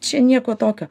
čia nieko tokio